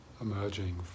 emerging